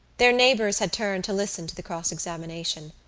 their neighbours had turned to listen to the cross-examination.